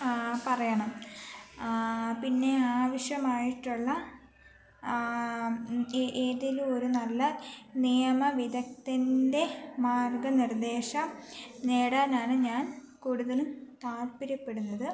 പറയണം പിന്നെ ആവശ്യമായിട്ടുള്ള ഏതെങ്കിലും ഒരു നല്ല നിയമ വിദഗ്ദൻ്റെ മാർഗനിർദേശം നേടാനാണ് ഞാൻ കൂടുതലും താല്പര്യപ്പെടുന്നത്